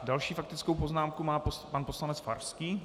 Další faktickou poznámku má pan poslanec Farský.